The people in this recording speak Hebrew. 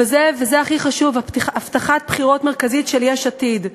וזה הכי חשוב, הבטחת בחירות מרכזית של יש עתיד.